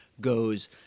goes